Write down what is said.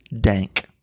dank